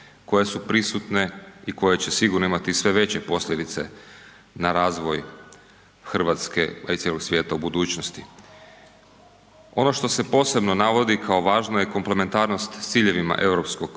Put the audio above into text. koje su prisutne i koje će sigurno imati sve veće posljedice na razvoj RH, a i cijelog svijeta u budućnosti. Ono što se posebno navodi kao važno je komplementarnost s ciljevima Europskog